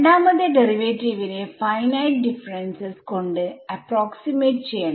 രണ്ടാമത്തെ ഡെറിവേറ്റീവിനെ ഫൈനൈറ്റ് ഡിഫറെൻസസ്കൊണ്ട് അപ്രോക്സിമേറ്റ് ചെയ്യണം